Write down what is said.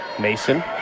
Mason